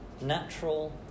natural